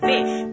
Fish